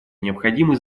необходимы